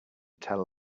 tell